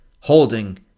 holding